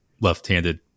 left-handed